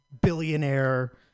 billionaire